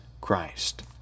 Christ